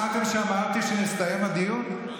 רגע, לא שמעתם שאמרתי שהסתיים הדיון,